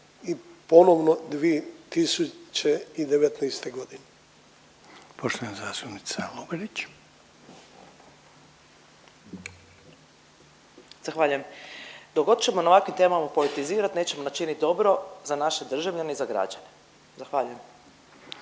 zastupnica Lugarić. **Lugarić, Marija (SDP)** Zahvaljujem. Dok god ćemo na ovakvim temama politizirati nećemo činiti dobro za naše državljane i za građane. Zahvaljujem.